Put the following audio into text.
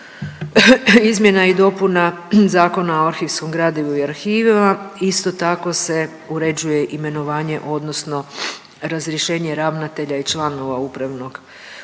izmjena i dopuna Zakona o arhivskom gradivu i arhivima isto tako se uređuje imenovanje odnosno razrješenje ravnatelja i članova upravnog,